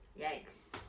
Yikes